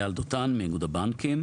אייל דותן מאיגוד הבנקים.